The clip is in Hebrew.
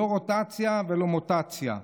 לא רוטציה ולא מוטציה.